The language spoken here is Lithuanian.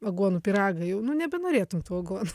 aguonų pyragą jau nu nebenorėtum tų aguonų